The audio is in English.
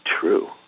true